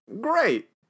Great